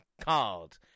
card